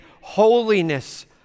holiness